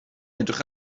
edrych